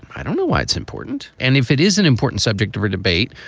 i don't know why it's important. and if it is an important subject for debate,